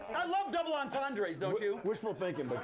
i love double entendres, don't you? wishful thinking, but